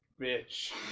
bitch